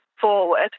forward